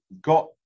got